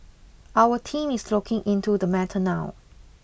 our team is looking into the matter now